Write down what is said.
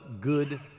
good